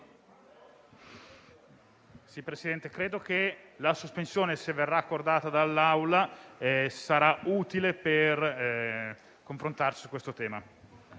Presidente, credo che la sospensione, se verrà accordata dall'Aula, sarà utile per confrontarci su questo tema.